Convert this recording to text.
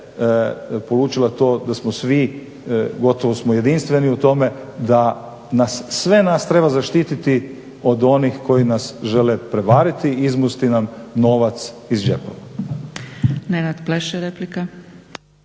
polučila to da smo svi gotovo jedinstveni u tome da sve nas treba zaštititi od onih koji nas žele prevariti, izmusti nam novac iz džepa.